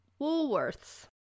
Woolworths